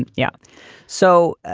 and yeah so,